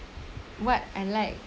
what I like